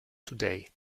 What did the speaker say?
today